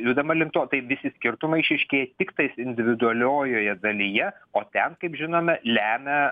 judama link to tai visi skirtumai išryškėja tiktais individualiojoje dalyje o ten kaip žinome lemia